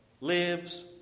lives